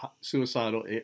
suicidal